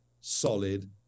solid